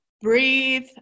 breathe